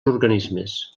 organismes